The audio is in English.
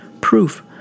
Proof